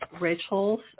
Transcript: Rachel's